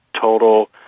total